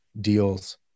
deals